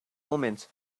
omens